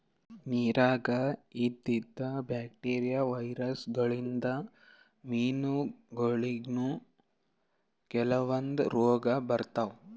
ನಿರಾಗ್ ಇದ್ದಿದ್ bacteria, virus ಗೋಳಿನ್ದ್ ಮೀನಾಗೋಳಿಗನೂ ಕೆಲವಂದ್ ರೋಗ್ ಬರ್ತಾವ್